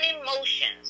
emotions